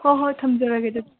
ꯍꯣꯏ ꯍꯣꯏ ꯊꯝꯖꯔꯒꯦ ꯑꯗꯨꯗꯤ